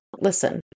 listen